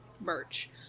merch